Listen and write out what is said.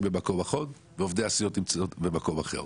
במקום אחד ועובדי הסיעות נמצאים במקום אחר.